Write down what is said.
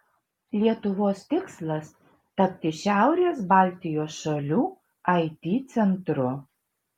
lietuvos tikslas tapti šiaurės baltijos šalių it centru